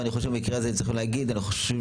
ואני חושב שבמקרה הזה צריך להגיד שהפיקוח